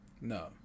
no